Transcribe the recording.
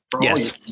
Yes